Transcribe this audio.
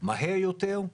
מהר יותר,